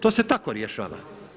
To se tako rješava.